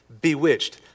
Bewitched